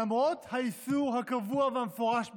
למרות האיסור הקבוע והמפורש בחוק,